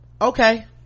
Okay